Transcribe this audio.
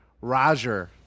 Roger